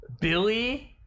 Billy